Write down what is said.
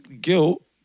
Guilt